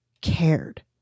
cared